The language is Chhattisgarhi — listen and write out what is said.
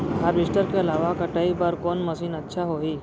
हारवेस्टर के अलावा कटाई बर कोन मशीन अच्छा होही?